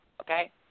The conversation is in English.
Okay